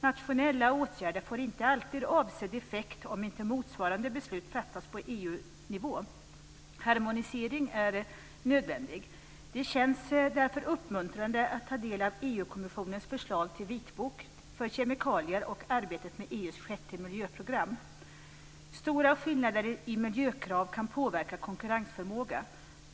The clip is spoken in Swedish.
Nationella åtgärder får inte alltid avsedd effekt om inte motsvarande beslut fattas på EU-nivå. Harmonisering är nödvändig. Det känns därför uppmuntrande att ta del av EU-kommissionens förslag till vitbok för kemikalier och arbetet med EU:s sjätte miljöprogram. Stora skillnader i miljökrav kan påverka konkurrensförmågan.